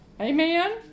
amen